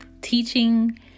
teaching